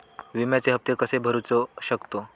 विम्याचे हप्ते कसे भरूचो शकतो?